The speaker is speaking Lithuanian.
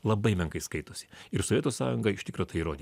labai menkai skaitosi ir sovietų sąjunga iš tikro tai įrodė